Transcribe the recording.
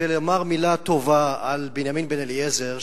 ולומר מלה טובה על בנימין בן-אליעזר,